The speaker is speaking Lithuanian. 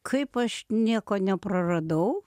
kaip aš nieko nepraradau